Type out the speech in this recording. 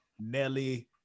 Nelly